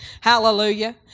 Hallelujah